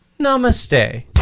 Namaste